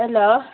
hello